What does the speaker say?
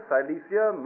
Silesia